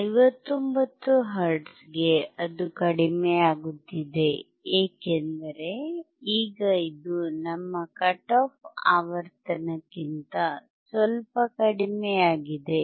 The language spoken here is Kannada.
159 ಹರ್ಟ್ಜ್ ಗೆ ಅದು ಕಡಿಮೆಯಾಗುತ್ತಿದೆ ಏಕೆಂದರೆ ಈಗ ಇದು ನಮ್ಮ ಕಟ್ ಆಫ್ ಆವರ್ತನಕ್ಕಿಂತ ಸ್ವಲ್ಪ ಕಡಿಮೆಯಾಗಿದೆ